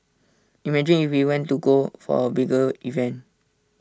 imagine if we want to go for A bigger event